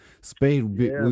Spade